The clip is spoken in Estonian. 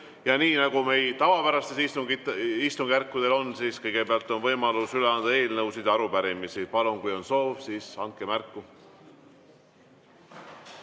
Ja nii nagu on meil tavapärastel istungitel, on kõigepealt võimalus üle anda eelnõusid ja arupärimisi. Palun, kui on soov, siis andke märku.